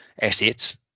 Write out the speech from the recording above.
assets